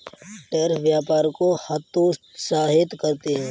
tariff व्यापार को हतोत्साहित करते हैं